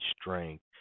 strength